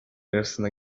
arasında